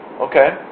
Okay